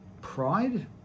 pride